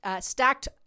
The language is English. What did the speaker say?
stacked